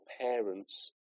parents